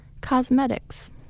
cosmetics